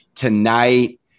Tonight